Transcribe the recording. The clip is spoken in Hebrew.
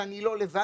ואני לא לבד,